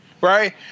right